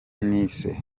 nice